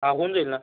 हां होऊन जाईल ना